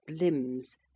limbs